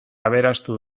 aberastu